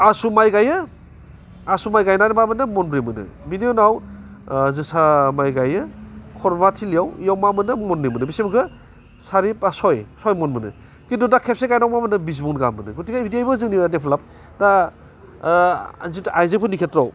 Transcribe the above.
आसु माइ गाइयो आसु माइ गायनानै मा मोनदों मनब्रै मोनो बेनि उनाव जोसा माइ गाइयो खरमा थिलियाव इयाव मा मोनो महन्नै मोनो बेसे मोनखो सारि बा सय सय मन मोनो खिन्थु दा खेबसे गायनायाव मा मोनो बिस मन गाहाम मोनो गथिखे जोंनिआ डेभेलप दा जिथु आयजोफोरनि खेथ्रआव